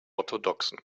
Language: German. orthodoxen